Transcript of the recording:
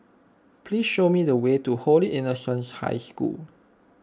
please show me the way to Holy Innocents' High School